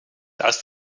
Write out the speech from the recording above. das